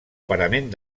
parament